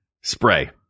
Spray